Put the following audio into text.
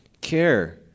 care